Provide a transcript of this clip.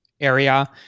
area